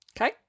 Okay